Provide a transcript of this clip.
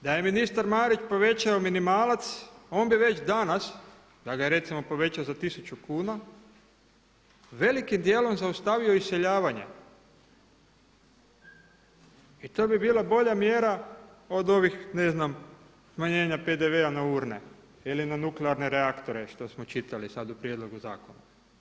Da je ministar Marić povećao minimalac on bi već danas, da ga je recimo povećao za 1000 kuna velikim dijelom zaustavio iseljavanja i to bi bila bolja mjera od ovih ne znam smanjenja PDV-a na urne ili na nuklearne reaktore što smo čitali sad u prijedlogu zakona.